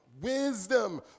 Wisdom